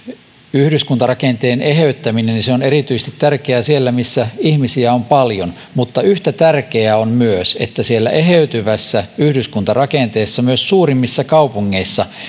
yhdyskuntarakenteen eheyttäminen on erityisesti tärkeää siellä missä ihmisiä on paljon mutta yhtä tärkeää on myös että siellä eheytyvässä yhdyskuntarakenteessa myös suurimmissa kaupungeissa